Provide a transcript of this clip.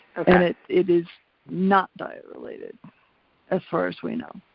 and it it is not diet related as far as we know.